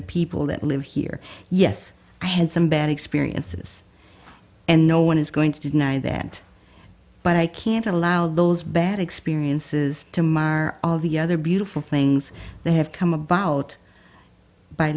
the people that live here yes i had some bad experiences and no one is going to deny that but i can't allow those bad experiences to mar all the other beautiful things that have come about by